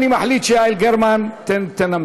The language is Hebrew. אני מחליט שיעל גרמן תנמק.